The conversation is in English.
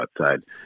outside